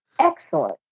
excellent